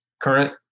current